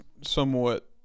somewhat